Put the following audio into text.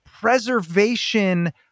preservation